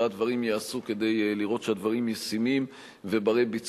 הדברים ייעשו כדי לראות שהדברים ישימים ובני-ביצוע.